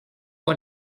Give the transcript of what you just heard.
pas